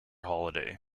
holiday